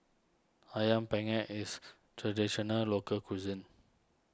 Ayam Panggang is Traditional Local Cuisine